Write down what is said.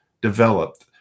developed